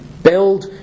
Build